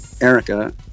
Erica